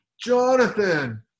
Jonathan